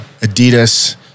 Adidas